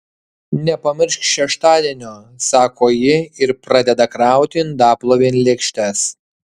nepamiršk šeštadienio sako ji ir pradeda krauti indaplovėn lėkštes